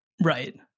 Right